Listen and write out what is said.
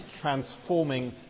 Transforming